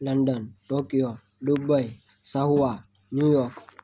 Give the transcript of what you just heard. London Tokyo Dubai Suva New York